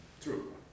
true